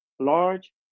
large